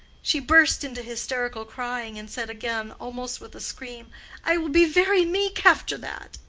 she burst into hysterical crying, and said again almost with a scream i will be very meek after that.